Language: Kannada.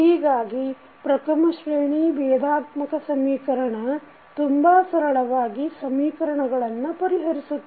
ಹೀಗಾಗಿ ಪ್ರಥಮಶ್ರೇಣಿ ಬೇಧಾತ್ಮಕ ಸಮೀಕರಣ ತುಂಬಾ ಸರಳವಾಗಿ ಸಮೀಕರಣಗಳನ್ನು ಪರಿಹರಿಸುತ್ತವೆ